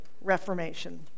Reformation